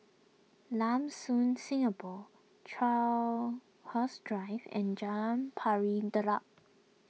Lam Soon Singapore Crowhurst Drive and Jalan Pari Dedap